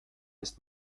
ist